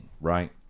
right